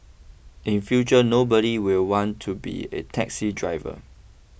in future nobody will want to be a taxi driver